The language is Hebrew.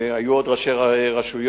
היו עוד ראשי רשויות.